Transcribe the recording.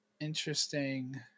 Interesting